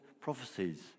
prophecies